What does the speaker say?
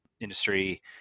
industry